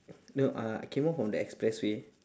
no uh I came out from the expressway